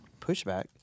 pushback